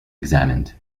examined